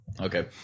Okay